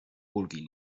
vulguin